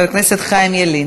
חבר הכנסת חיים ילין.